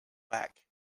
back